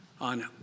on